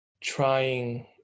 trying